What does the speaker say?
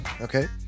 Okay